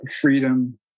freedom